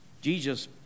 Jesus